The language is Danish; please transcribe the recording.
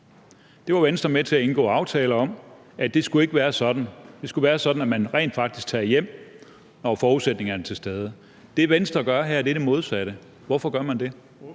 Det var Venstre med til at indgå aftale om ikke skulle være sådan; det skulle være sådan, at man rent faktisk tager hjem, når forudsætningerne er til stede. Det, Venstre gør her, er det modsatte. Hvorfor gør man det?